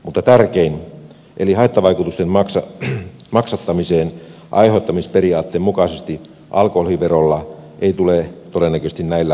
mutta tärkein haittavaikutusten maksattaminen aiheuttamisperiaatteen mukaisesti alkoholiverolla ei tule todennäköisesti näillä vaihtoehdoilla korjatuksi